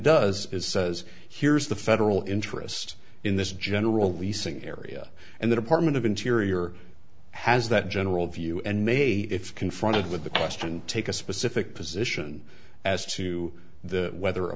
does is says here's the federal interest in this general leasing area and the department of interior has that general view and may if confronted with the question take a specific position as to the whether a